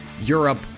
Europe